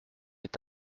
est